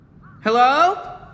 Hello